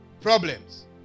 problems